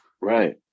Right